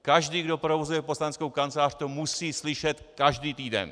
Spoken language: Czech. Každý, kdo provozuje poslaneckou kancelář, to musí slyšet každý týden.